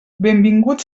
benvingut